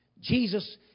Jesus